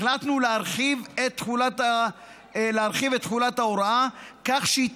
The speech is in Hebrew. החלטנו להרחיב את תחולת ההוראה כך שהיא